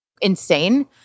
insane